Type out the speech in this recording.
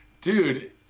Dude